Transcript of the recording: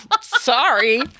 Sorry